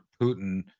Putin